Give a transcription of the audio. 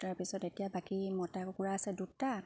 তাৰপিছত এতিয়া বাকী মতা কুকুৰা আছে দুটা